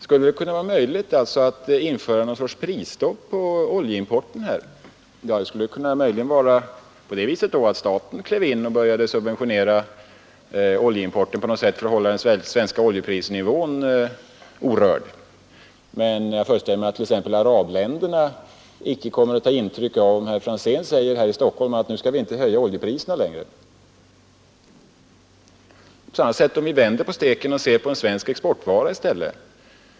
Skulle det vara möjligt att införa ett slags prisstopp på oljeimporten? Det skulle i så fall vara att staten steg in och började subventionera oljeimporten för att hålla den svenska oljeprisnivån orörd. Jag föreställer mig att exempelvis arabländerna inte kommer att ta intryck av om herr Franzén här i Stockholm säger att de inte får höja oljepriserna mera. Vi kan vända på steken och se på en svensk exportvara.